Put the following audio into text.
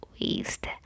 waste